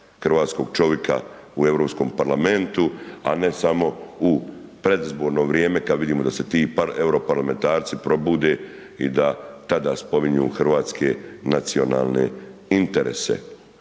hrvatskog čovjeka u Europskom parlamentu a ne samo u predizborno vrijeme kad vidimo da se ti europarlamentarci probude i da tada spominju hrvatske nacionalne interese.